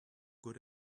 good